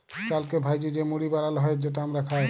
চালকে ভ্যাইজে যে মুড়ি বালাল হ্যয় যেট আমরা খাই